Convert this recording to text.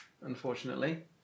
Unfortunately